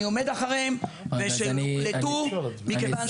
אני עומד מאחוריהם ושהם הוקלטו מכיוון